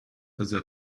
other